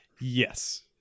yes